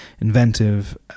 inventive